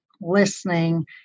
listening